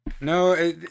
No